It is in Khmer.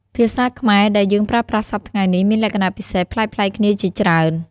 ភាសាខ្មែរដែលយើងប្រើប្រាស់សព្វថ្ងៃនេះមានលក្ខណៈពិសេសប្លែកៗគ្នាជាច្រើន។